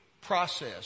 process